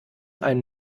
ein